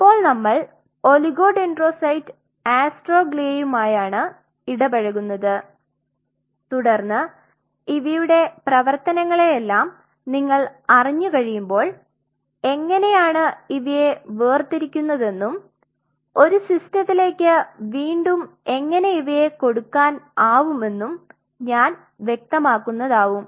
ഇപ്പോൾ നമ്മൾ ഒളിഗോഡെൻഡ്രോസൈറ്റ് അസ്ട്രോഗ്ലിയയുമായാണ് ഇടപഴകുന്നത് തുടർന്ന് ഇവയുടെ പ്രേവർത്തനങ്ങളെല്ലാം നിങ്ങൾ അറിഞ്ഞു കഴിയുമ്പോൾ എങ്ങനെയാണു ഇവയെ വേർതിരിക്കുന്നതെന്നും ഒരു സിസ്റ്റത്തിലേക്ക് വീണ്ടും എങ്ങനെ ഇവയെ കൊടുക്കാൻ ആവുമെന്നും ഞാൻ വ്യക്തമാകുന്നതാവും